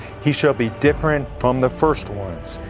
he shall be different from the first ones.